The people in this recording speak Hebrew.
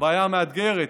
הבעיה המאתגרת,